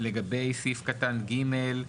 לגבי סעיף קטן ג',